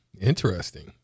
Interesting